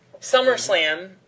Summerslam